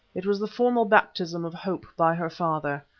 it was the formal baptism of hope by her father.